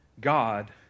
God